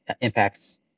impacts